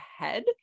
ahead